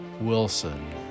Wilson